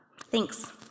thanks